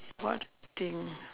what thing